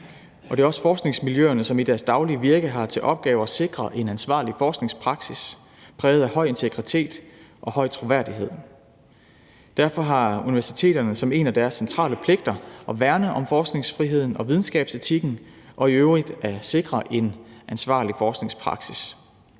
Det er også forskningsmiljøerne, som i deres daglige virke har til opgave at sikre en ansvarlig forskningspraksis præget af høj integritet og høj troværdighed. Derfor har universiteterne som en af deres centrale pligter at værne om forskningsfriheden og videnskabsetikken og i øvrigt at sikre en ansvarlig forskningspraksis.